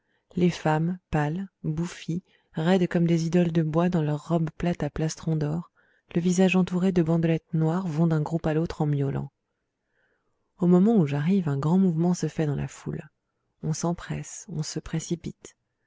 les femmes pâles bouffies raides comme des idoles de bois dans leurs robes plates à plastron d'or le visage entouré de bandelettes noires vont d'un groupe à l'autre en miaulant au moment où j'arrive un grand mouvement se fait dans la foule on s'empresse on se précipite